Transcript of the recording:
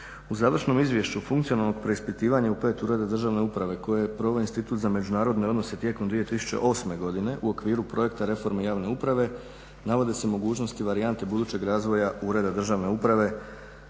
u završnom izvješću funkcionalnog preispitivanja u 5 ureda državne uprave koje je proveo Institut za međunarodne odnose tijekom 2008. godine u okviru projekta reformi javne uprave, navodi se mogućnost i varijante budućeg razvoja ureda državne uprave